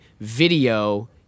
video